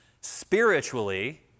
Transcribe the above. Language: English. spiritually